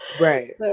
Right